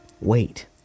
wait